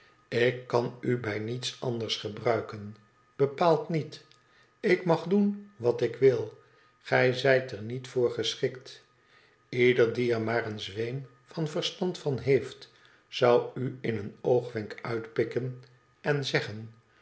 ik kan u bij niets anders gebruiken bepaald niet ik mag doen wat ik wil gij zijt er niet voor geschikt ieder die er maar een zweem van verstand van heeft zou u in een oogwenk uitpikken en zeggen